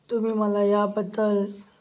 तुम्ही मला याबद्दल